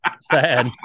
Sad